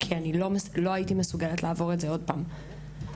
לא הייתי מסוגלת לעבור את זה עוד פעם.